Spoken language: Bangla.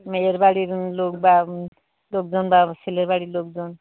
মেয়ের বাাড়ির লোক বা লোকজন বা ছেলের বাড়ির লোকজন